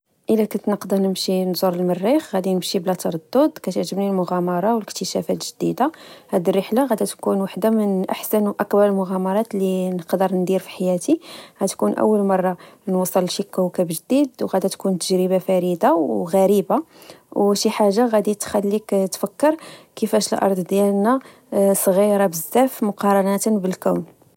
إذا، تتنقدة نمشي نجر المريخ غادي نمشي بلا ترضد، كتعجبني المغامرة و الإكتشافات الجديدة، هاد الرحلة غادا تكون وحدة من أحسن وأكبر مغامرات لي نقدر ندير في حياتي، هتكون أول مرة نوصل شيك وكب جديد، وغادة تكون تجربة فريدة وغريبة وشي حاجة، غادي تخليك تفكر كيفاش الأرض ديالنا آ صغيرة بزاف مقارنة بالكون